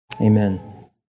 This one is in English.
amen